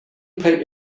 pay